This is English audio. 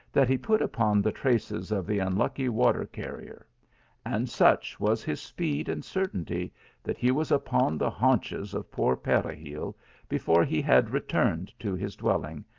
that he put upon the traces of the unlucky water-carrier and such was his speed and certainty that he was upon the haunches of poor peregil before he had returned to his dwell ing,